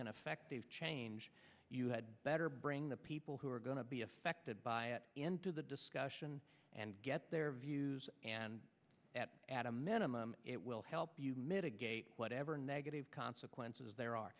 and effective change you had better bring the people who are going to be affected by it into the discussion and get their views and at a minimum it will help mitigate whatever negative consequences there are